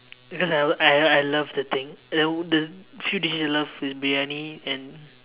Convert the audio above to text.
because I I I love the thing the the few dishes I love is briyani and